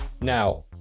Now